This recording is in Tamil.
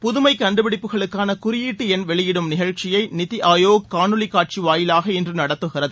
புதுமைக் கண்டுபிடிப்புகளுக்கான குறியீட்டு எண் வெளியிடும் நிகழ்ச்சியை நித்தி ஆயோக் காணொலிக் காட்சி வாயிலாக இன்று நடத்துகிறது